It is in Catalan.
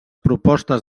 propostes